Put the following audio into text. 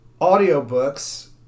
audiobooks